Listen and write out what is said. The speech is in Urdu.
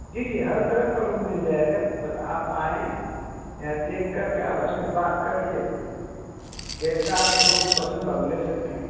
جی جی ہر طرح کا روم مل جائے گا بس آپ آئیں اں دیکھ کر کے آپس میں بات کر کے جیسا آپ کو روم پسند اپ لے سکتے ہیں